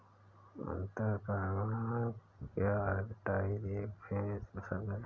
अंतरपणन या आर्बिट्राज एक फ्रेंच शब्द है